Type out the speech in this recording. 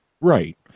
Right